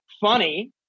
funny